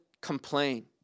complain